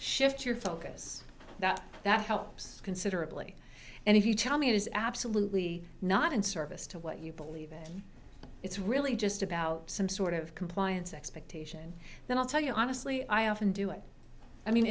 shift your focus that that helps considerably and if you tell me it is absolutely not in service to what you believe and it's really just about some sort of compliance expectation then i'll tell you honestly i often do it i mean